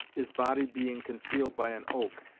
his body being concealed by an oak,